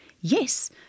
Yes